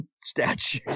statue